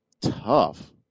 tough